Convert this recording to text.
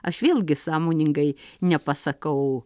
aš vėlgi sąmoningai nepasakau